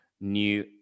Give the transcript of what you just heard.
new